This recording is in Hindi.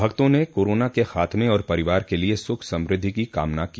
भक्तों ने कोरोना के खात्मे और परिवार के लिये सुख समृद्धि की कामना की